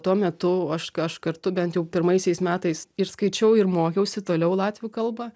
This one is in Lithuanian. tuo metu aš aš kartu bent jau pirmaisiais metais ir skaičiau ir mokiausi toliau latvių kalbą